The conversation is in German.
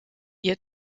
ihr